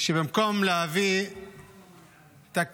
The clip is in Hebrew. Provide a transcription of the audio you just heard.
שבמקום להביא תקציב